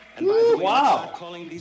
Wow